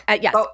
Yes